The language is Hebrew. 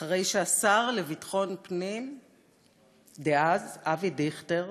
אחרי שהשר לביטחון פנים דאז אבי דיכטר